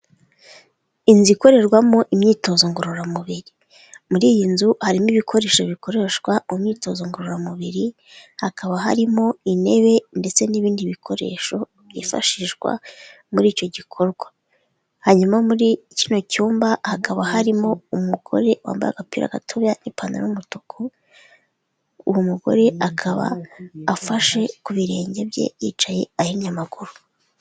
Inzu ikorerwamo imyitozo ngororamubiri, muri iyi nzu harimo ibikoresho bikoreshwa mu myitozo ngororamubiri ,hakaba harimo intebe ndetse n'ibindi bikoresho byifashishwa muri icyo gikorwa .Hanyuma muri kino cyumba hakaba harimo umugore wambaye agapira gatukura, ipantaro y'umutuku uwo mugore akaba afashe ku birenge bye yicaye ahinnye amaguru.